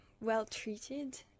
well-treated